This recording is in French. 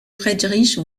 friedrich